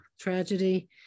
tragedy